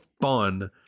fun